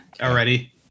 already